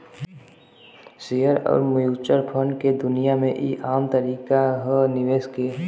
share अउर mutual fund के दुनिया मे ई आम तरीका ह निवेश के